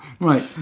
Right